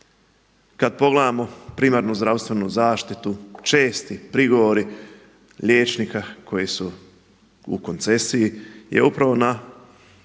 Kad pogledamo primarnu zdravstvenu zaštitu česti prigovori liječnika koji su u koncesiji je upravo na